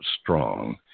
strong